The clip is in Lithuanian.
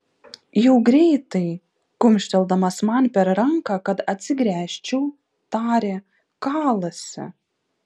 jau greitai kumštelėdamas man per ranką kad atsigręžčiau tarė kalasi